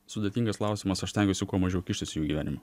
sudėtingas klausimas aš stengiuosi kuo mažiau kištis į jų gyvenimą